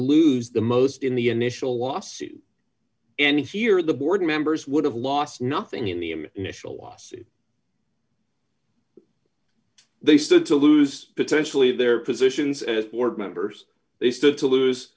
lose the most in the initial lawsuit and fear the board members would have lost nothing in the initial lawsuit they stood to lose potentially their positions as board members they stood to